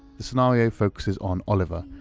the scenario focuses on oliver,